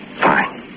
Fine